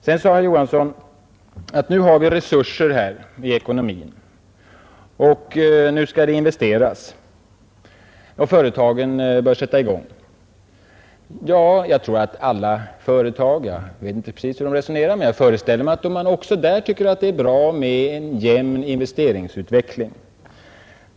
Sedan sade herr Johansson att nu har vi ekonomiska resurser och nu skall det investeras; företagen bör sätta i gång. Jag vet inte hur man resonerar inom företagen, men jag föreställer mig att man också där tycker att det är bra med en jämn investeringsutveckling.